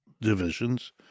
divisions